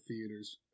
theaters